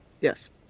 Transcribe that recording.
Yes